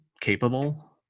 capable